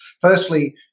Firstly